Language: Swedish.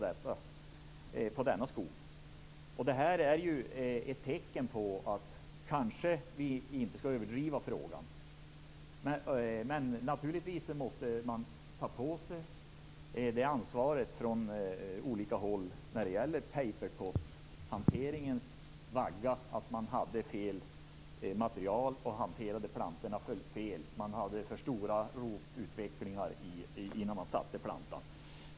Detta är ju tecken på att vi kanske inte skall överdriva frågan. Men naturligtvis måste man ta på sig ansvaret från olika håll när det gäller paperpothanteringens vagga. Man hade fel material och hanterade plantorna fel. Man hade för stora rotutvecklingar innan plantan sattes.